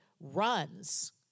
runs